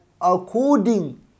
according